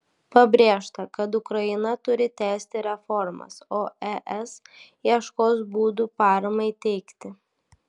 pabrėžta kad ukraina turi tęsti reformas o es ieškos būdų paramai teikti